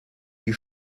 die